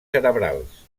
cerebrals